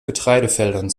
getreidefeldern